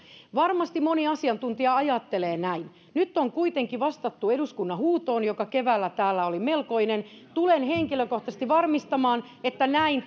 varmasti moni asiantuntija ajattelee näin nyt on kuitenkin vastattu eduskunnan huutoon joka keväällä täällä oli melkoinen tulen henkilökohtaisesti varmistamaan että näin